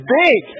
big